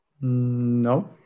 No